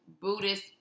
Buddhist